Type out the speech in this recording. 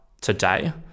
today